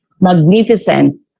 magnificent